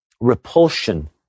repulsion